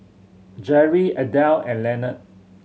Jerri Adele and Lenard